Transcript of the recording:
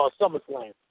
SummerSlam